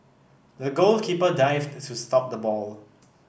the goalkeeper dived to stop the ball